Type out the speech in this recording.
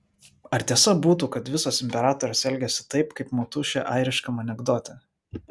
ar tiesa būtų kad visos imperatorės elgiasi taip kaip motušė airiškam anekdote